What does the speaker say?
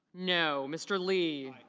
no. mr. lee